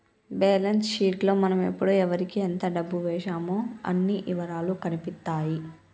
balance sheet లో మనం ఎప్పుడు ఎవరికీ ఎంత డబ్బు వేశామో అన్ని ఇవరాలూ కనిపిత్తాయి